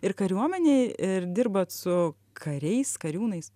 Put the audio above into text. ir kariuomenėj ir dirbat su kariais kariūnais